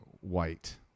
white